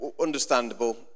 understandable